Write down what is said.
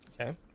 Okay